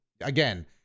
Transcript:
again